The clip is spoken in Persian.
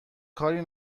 کاری